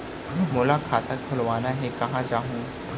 मोला खाता खोलवाना हे, कहाँ जाहूँ?